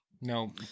No